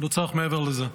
לא צריך מעבר לזה.